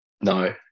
No